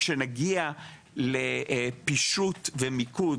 שנגיע לפישוט ומיקוד,